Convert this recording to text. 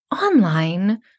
online